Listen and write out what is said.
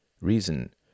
Reason